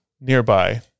nearby